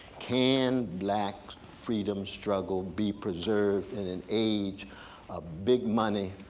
can black's freedom struggle be preserved in an age of big money,